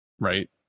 right